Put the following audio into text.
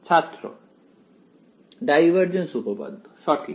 ছাত্র ডাইভারজেন্স উপপাদ্য সঠিক